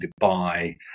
Dubai